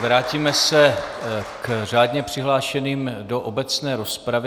Vrátíme se k řádně přihlášeným do obecné rozpravy.